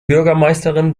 bürgermeisterin